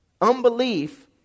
Unbelief